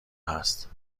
هست